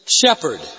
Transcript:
Shepherd